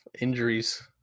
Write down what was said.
injuries